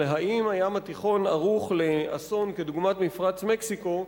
האם הים התיכון ערוך לאסון כדוגמת מפרץ מקסיקו,